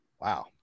Wow